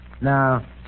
Now